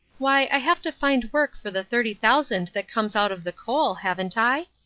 why, i have to find work for the thirty thousand that comes out of the coal, haven't i?